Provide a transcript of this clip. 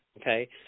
okay